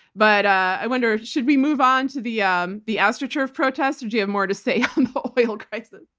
but i wonder, should we move on to the um the astroturf protest or do you have more to say on the oil crisis?